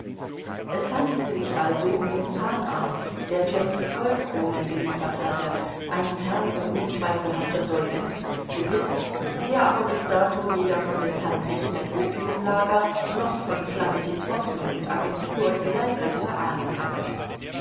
es handelte sich also um den zahnarzt der jennys goldkronen geliefert hatte einen herrn von unzweifelhafter solvenz gewiß der aber bis dato weder von des herrn mechmed opiumlager noch von flamettis hoffnung und agentur die leiseste ahnung hatte